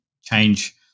change